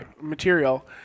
material